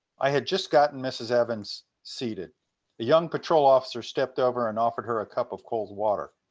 i had just gotten miss evans seated. a young patrol officer stepped over and offered her a cup of cold water.